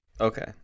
Okay